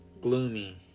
gloomy